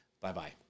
Bye-bye